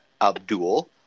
Abdul